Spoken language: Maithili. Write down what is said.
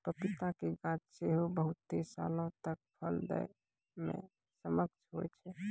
पपीता के गाछ सेहो बहुते सालो तक फल दै मे सक्षम होय छै